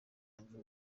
wumva